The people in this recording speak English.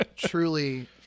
Truly